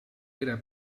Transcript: era